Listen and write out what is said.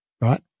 Right